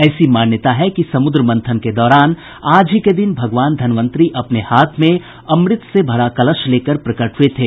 ऐसी मान्यता है कि समुद्र मंथन के दौरान आज ही के दिन भगवान धन्वंतरी अपने हाथ में अमृत से भरा कलश लेकर प्रकट हुये थे